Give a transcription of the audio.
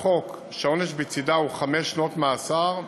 לחוק, שהעונש בצדה הוא חמש שנות מאסר,